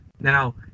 Now